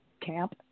camp